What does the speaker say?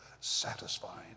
satisfying